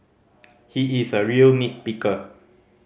he is a real nit picker